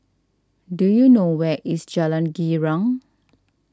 do you know where is Jalan Girang